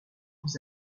aux